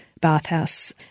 bathhouse